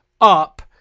up